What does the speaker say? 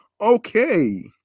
Okay